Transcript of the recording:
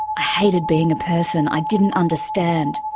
i hated being a person i didn't understand.